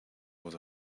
was